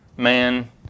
man